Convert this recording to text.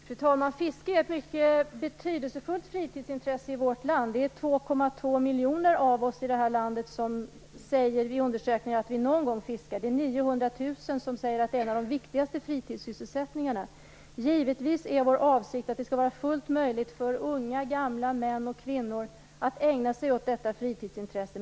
Fru talman! Fiske är ett mycket betydelsefullt fritidsintresse i vårt land. Vid undersökningar är det 2,2 miljoner av oss i det här landet säger att vi någon gång fiskar. Det är 900 000 som säger att det är en av de viktigaste fritidssysselsättningarna. Vår avsikt är givetvis att det skall vara fullt möjligt för unga, gamla, män och kvinnor att ägna sig åt detta fritidsintresse.